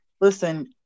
listen –